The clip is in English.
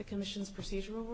the commission's procedural